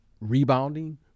rebounding